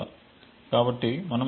కాబట్టి మనం ఈ రోజు t2